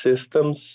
systems